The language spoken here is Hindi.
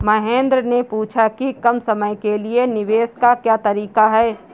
महेन्द्र ने पूछा कि कम समय के लिए निवेश का क्या तरीका है?